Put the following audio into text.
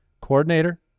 coordinator